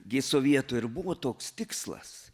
gi sovietų ir buvo toks tikslas